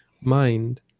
mind